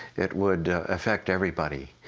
it would affect everybody,